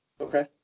okay